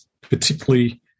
particularly